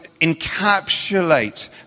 encapsulate